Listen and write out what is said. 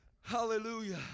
Hallelujah